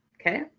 okay